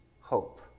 Hope